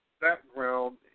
background